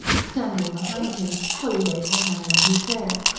standing behind him, polly laid her hand on his hair.